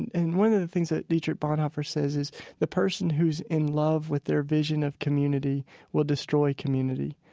and one of the things that dietrich bonhoeffer says is the person who's in love with their vision of community will destroy community.